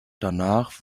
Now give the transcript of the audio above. danach